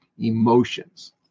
emotions